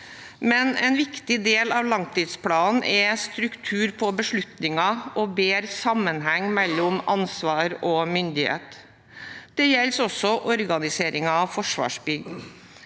men en viktig del av langtidsplanen er struktur på beslutninger og bedre sammenheng mellom ansvar og myndighet. Det gjelder også organiseringen av Forsvarsbygg.